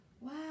Wow